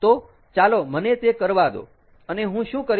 તો ચાલો મને તે કરવા દો અને હું શું કરીશ